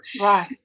right